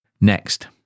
Next